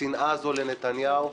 השנאה הזו לנתניהו,